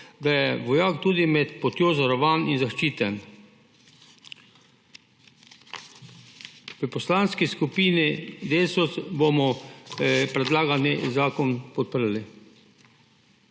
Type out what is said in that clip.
da je vojak tudi med potjo zavarovan in zaščiten. V Poslanski skupini Desus bomo predlagani zakon podprli.